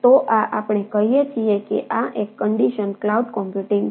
તો આ આપણે કહીએ છીએ કે આ એક કન્ડિશન ક્લાઉડ કમ્પ્યુટિંગ છે